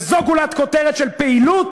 וזו גולת כותרת של פעילות?